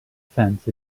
fence